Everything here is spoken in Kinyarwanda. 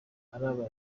araba